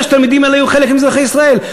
שהתלמידים האלה יהיו חלק מאזרחי ישראל.